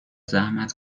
زحمت